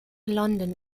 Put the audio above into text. london